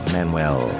Manuel